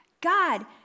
God